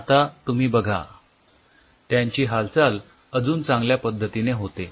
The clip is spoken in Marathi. आता तुम्ही बघा त्यांची हालचाल अजून चांगल्या पद्धतीने होते